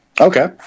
Okay